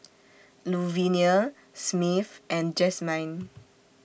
Luvenia Smith and Jazmyne